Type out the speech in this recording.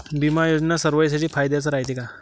बिमा योजना सर्वाईसाठी फायद्याचं रायते का?